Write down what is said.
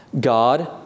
God